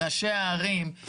ראשי הערים,